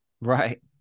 Right